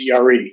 CRE